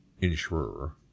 insurer